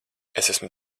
esmu